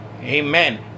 Amen